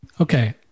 Okay